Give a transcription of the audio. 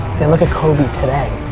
they look at kobe today.